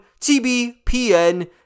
TBPN